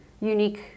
unique